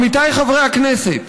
עמיתיי חברי הכנסת,